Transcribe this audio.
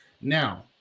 Now